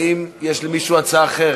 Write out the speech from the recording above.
האם יש למישהו הצעה אחרת?